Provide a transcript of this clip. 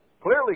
clearly